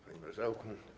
Panie Marszałku!